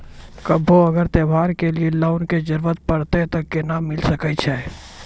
कभो अगर त्योहार के लिए लोन के जरूरत परतै तऽ केना मिल सकै छै?